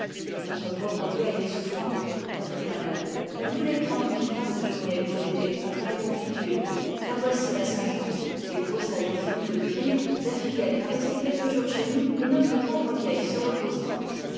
notre pauvre vieille est souffrante reprit la mère elle voulait prendre une femme de journée pour l'aider à faire les confitures car voici la saint-jean les groseilles ont fini de mûrir la fillette va rester quelques jours chez nous et notre pauvre vieille se reposera